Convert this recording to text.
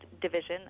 division